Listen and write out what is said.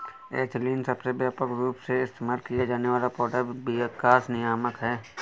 ethylene सबसे व्यापक रूप से इस्तेमाल किया जाने वाला पौधा विकास नियामक है